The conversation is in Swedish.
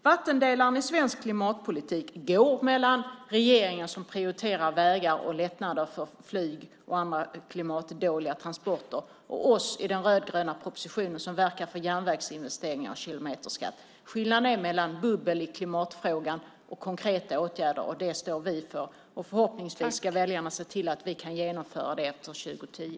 Vattendelaren i svensk klimatpolitik går mellan regeringen, som prioriterar vägar och lättnader för flyg och andra transporter som är dåliga för klimatet, och oss i den rödgröna oppositionen som verkar för järnvägsinvesteringar och kilometerskatt. Skillnaden går mellan bubbel och konkreta åtgärder i klimatfrågan. Vi står för det sistnämnda. Förhoppningsvis ska väljarna se till att vi kan genomföra det efter 2010.